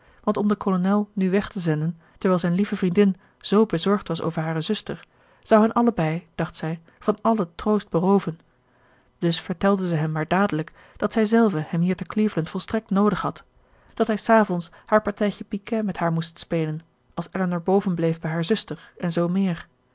om den kolonel nu weg te zenden terwijl zijn lieve vriendin zoo bezorgd was over hare zuster zou hen allebei dacht zij van allen troost berooven dus vertelde zij hem maar dadelijk dat zij zelve hem hier te cleveland volstrekt noodig had dat hij s avonds haar partijtje piquet met haar moest spelen als elinor boven bleef bij haar zuster en zoo meer